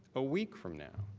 a week from now.